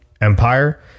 Empire